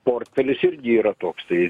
portfelis irgi yra toks tai